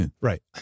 right